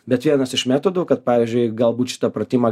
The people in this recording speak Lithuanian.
bet vienas iš metodų kad pavyzdžiui galbūt šitą pratimą